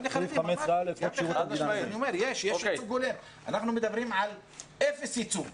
אנחנו מדברים על אפס ייצוג.